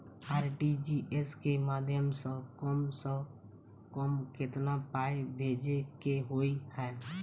RTGS केँ माध्यम सँ कम सऽ कम केतना पाय भेजे केँ होइ हय?